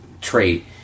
trait